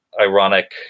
ironic